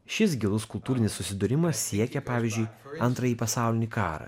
šis gilus kultūrinis susidūrimas siekia pavyzdžiui antrąjį pasaulinį karą